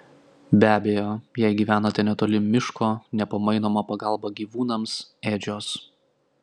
be abejo jei gyvenate netoli miško nepamainoma pagalba gyvūnams ėdžios